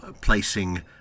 placing